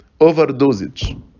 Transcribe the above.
overdosage